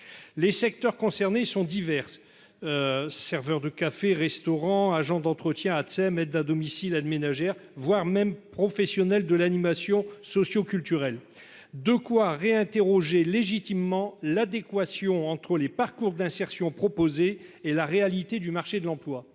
les secteurs concernés sont diverses, serveurs de cafés restaurants, agent d'entretien Atsem Aide à Domicile Aide ménagère, voire même professionnels de l'animation socio-culturelle de quoi réinterroger légitimement l'adéquation entre les parcours d'insertion proposée et la réalité du marché de l'emploi,